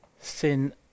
sin